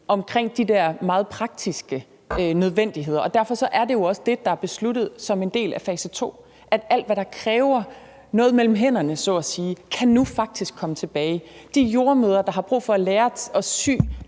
omkring de der meget praktiske nødvendigheder, og derfor er det jo også det, der er besluttet som en del af fase to, altså at alt, hvad der kræver noget mellem hænderne, om man så kan sige, nu faktisk kan komme tilbage. De jordemødre, der har brug for at lære at sy,